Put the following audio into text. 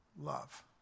love